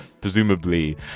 Presumably